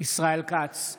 ישראל כץ,